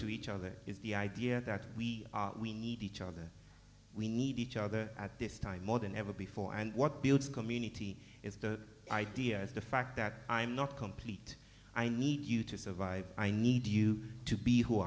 to each other is the idea that we are there we need each other at this time more than ever before and what builds community is the idea is the fact that i'm not complete i need you to survive i need you to be who